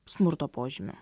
smurto požymių